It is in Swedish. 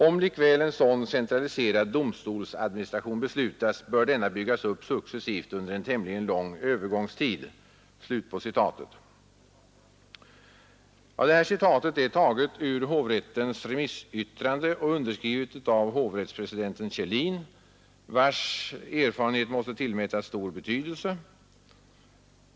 Om likväl en sådan centraliserad domstolsadministration beslutas, bör denna byggas upp successivt under en tämligen lång övergångstid.” Detta citat är taget ur hovrättens remissyttrande och underskrivet av hovrättspresidenten Kjellin, vilkens erfarenhet måste tillmätas stor betydelse.